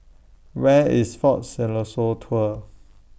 Where IS Fort Siloso Tours